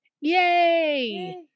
Yay